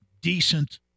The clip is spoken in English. decent